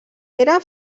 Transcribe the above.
era